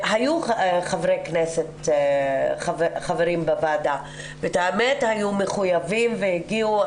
היו חברי כנסת חברים בוועדה והם היו מחויבים והגיעו.